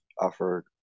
offer